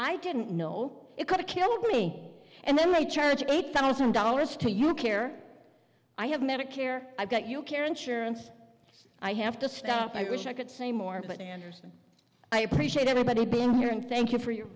i didn't know it could kill me and then my charge eight thousand dollars to you care i have medicare i've got you care insurance i have to stop i wish i could say more but i appreciate everybody being here and thank you for your